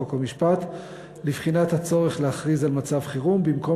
חוק ומשפט לבחינת הצורך להכריז על מצב חירום: במקום